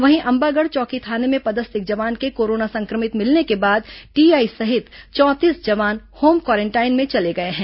वहीं अंबागढ़ चौकी थाने में पदस्थ एक जवान के कोरोना संक्रमित मिलने के बाद टीआई सहित चौंतीस जवान होम क्वॉरेंटाइन में चले गए हैं